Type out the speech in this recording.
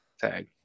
tag